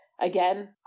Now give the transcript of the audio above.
again